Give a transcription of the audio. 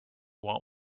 want